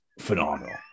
phenomenal